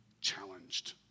challenged